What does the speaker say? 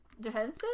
defensive